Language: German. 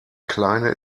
kleine